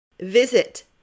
Visit